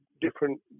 different